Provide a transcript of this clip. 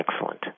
excellent